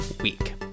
week